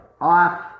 off